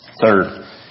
Third